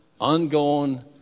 ongoing